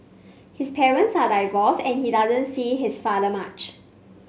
his parents are divorced and he doesn't see his father much